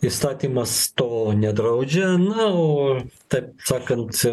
įstatymas to nedraudžia na o taip sakant